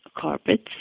carpets